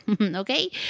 Okay